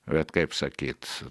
bet kaip sakyt